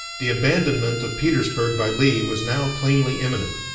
the abandonment of petersburg by lee was now plainly imminent,